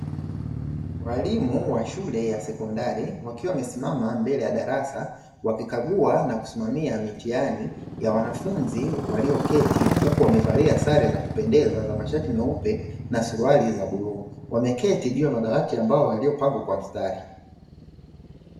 Walimu wa shule ya sekondari, wakiwa wamesimama mbele ya darasa, wakikagua na kusimamia mitihani ya wanafunzi walioketi huku wamevalia sare za kupendeza za mashati meupe na suruali za bluu. Wameketi juu ya madawati ambayo yaliyopangwa kwa mstari.